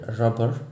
rubber